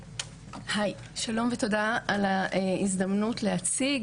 היי, שלום ותודה על ההזדמנות להציג.